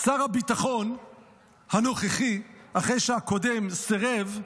שר הביטחון הנוכחי, אחרי שהקודם סירב,